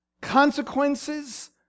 consequences